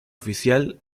oficial